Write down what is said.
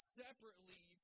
separately